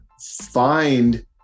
find